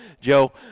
Joe